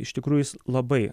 iš tikrųjų jis labai